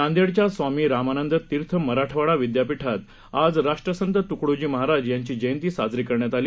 नांदेडच्या स्वामी रामानंद तीर्थ मराठवाडा विद्यापीठात आज राष्ट्रसंत तुकडोजी महाराज यांची जयंती साजरी करण्यात आली